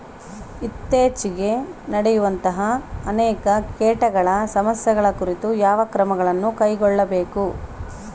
ಇತ್ತೇಚಿಗೆ ನಡೆಯುವಂತಹ ಅನೇಕ ಕೇಟಗಳ ಸಮಸ್ಯೆಗಳ ಕುರಿತು ಯಾವ ಕ್ರಮಗಳನ್ನು ಕೈಗೊಳ್ಳಬೇಕು?